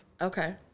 Okay